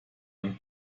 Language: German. dann